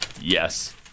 Yes